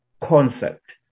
concept